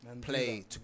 play